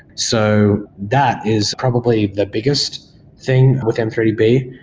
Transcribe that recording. so that is probably the biggest thing with m three d b.